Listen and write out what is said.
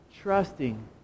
trusting